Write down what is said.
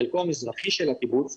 בחלקו המזרחי של הקיבוץ,